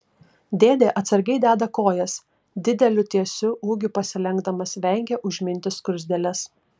dėdė atsargiai deda kojas dideliu tiesiu ūgiu pasilenkdamas vengia užminti skruzdėles